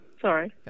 Sorry